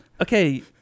okay